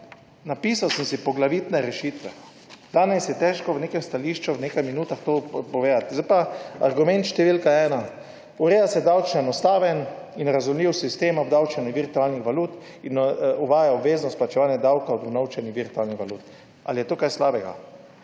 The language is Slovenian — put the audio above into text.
Napisal sem si poglavitne rešitve. Danes je težko v nekem stališču v nekaj minutah to povedati. Argument številka ena. Ureja se davčno enostaven in razumljiv sistem obdavčenja virtualnih valut in uvaja obvezno izplačevanje davka od unovčenih virtualnih valut. Ali je to kaj slabega?